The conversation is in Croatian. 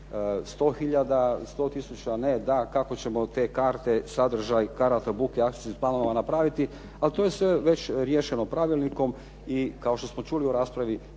100 tisuća, ne, da, kako ćemo te karte sadržaj karata buke akcijskih planova napraviti, ali to je sve već riješeno pravilnikom i kao što smo čuli u raspravi